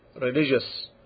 religious